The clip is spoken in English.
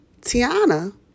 Tiana